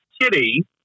Kitty